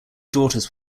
daughters